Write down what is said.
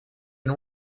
and